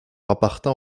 appartint